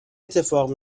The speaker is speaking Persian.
اتفاق